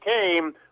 came